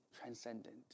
transcendent